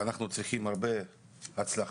אנחנו צריכים הרבה הצלחה.